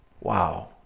Wow